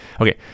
okay